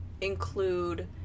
include